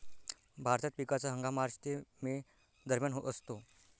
भारतात पिकाचा हंगाम मार्च ते मे दरम्यान असतो